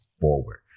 forward